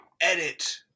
edit